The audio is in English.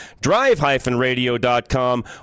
drive-radio.com